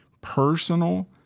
personal